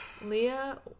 Leah